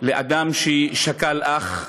לאדם ששכל אח,